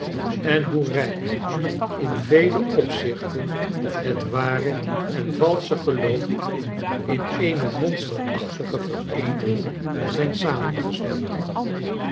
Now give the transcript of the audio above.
en hoerijk in vele opzichten het ware en valsche geloof in eene monsterachtige vereeniging zijn